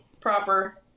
proper